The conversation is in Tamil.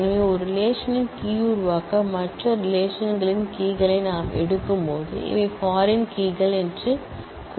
எனவே ஒரு ரிலேஷன்ன் கீ உருவாக்க மற்ற ரிலேஷன்களின் கீ களை நாம் எடுக்கும்போது இவை பாரின் கீ கள் என்று கூறுகிறோம்